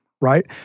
right